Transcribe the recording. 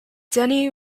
denny